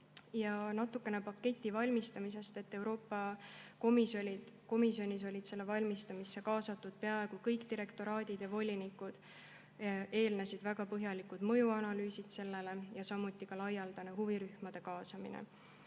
Natukene paketi valmimisest. Euroopa Komisjonis olid selle valmistamisse kaasatud peaaegu kõik direktoraadid ja volinikud. Eelnesid väga põhjalikud mõjuanalüüsid ja samuti laialdane huvirühmade kaasamine.